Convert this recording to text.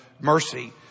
mercy